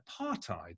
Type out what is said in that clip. apartheid